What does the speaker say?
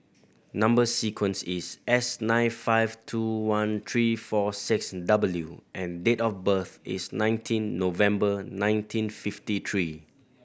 number sequence is S nine five two one three four six W and date of birth is nineteen November nineteen fifty three